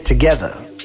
Together